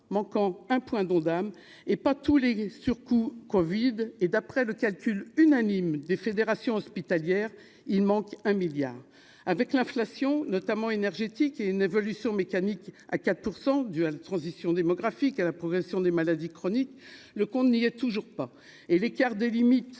manquant un point dont dame est pas tous les surcoûts Covid et, d'après le calcul unanime des fédérations hospitalières, il manque un milliard avec l'inflation notamment, et une évolution mécanique à 4 % du à la transition démographique à la progression des maladies chroniques, le compte n'y est toujours pas et l'écart des limites